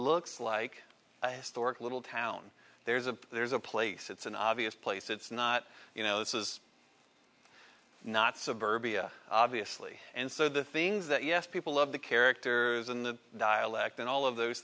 looks like a historic little town there's a there's a place it's an obvious place it's not you know this is not suburbia obviously and so the things that yes people love the characters and the dialect and all of those